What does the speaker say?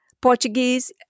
Portuguese